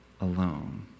alone